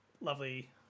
lovely